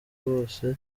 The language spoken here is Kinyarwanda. bose